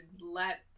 let